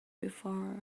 before